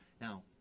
Now